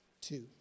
two